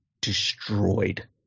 destroyed